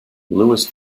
lewis